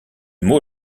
mot